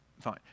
Fine